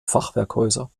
fachwerkhäuser